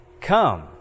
Come